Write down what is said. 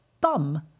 Bum